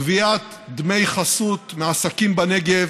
גביית דמי חסות מעסקים בנגב,